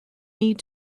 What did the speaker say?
need